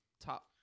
top –